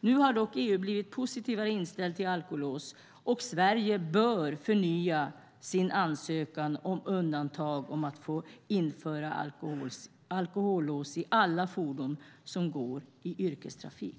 Nu har dock EU blivit positivare inställd till alkolås, och Sverige bör därför förnya sin ansökan om undantag för att få installera alkolås i alla fordon som går i yrkestrafik.